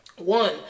one